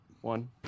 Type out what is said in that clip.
One